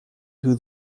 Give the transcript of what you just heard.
who